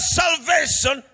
salvation